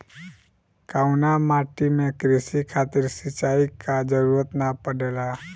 कउना माटी में क़ृषि खातिर सिंचाई क जरूरत ना पड़ेला?